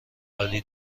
عالی